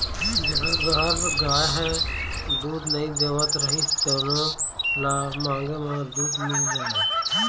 जेखर घर गाय ह दूद नइ देवत रहिस तेनो ल मांगे म दूद मिल जाए